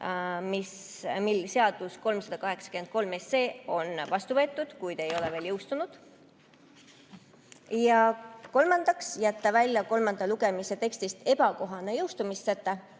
kui seadus 383 on vastu võetud, kuid ei ole veel jõustunud. Kolmandaks, jätta välja kolmanda lugemise tekstist ebakohane jõustumissäte